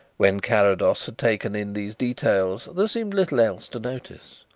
when carrados had taken in these details there seemed little else to notice.